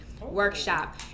Workshop